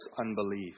unbelief